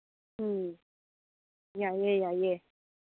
ꯎꯝ ꯌꯥꯏꯌꯦ ꯌꯥꯏꯌꯦ